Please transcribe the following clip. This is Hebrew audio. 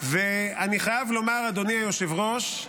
אני חייב לומר, אדוני היושב-ראש,